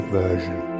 version